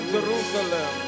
Jerusalem